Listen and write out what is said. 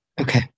Okay